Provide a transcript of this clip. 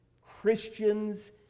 Christians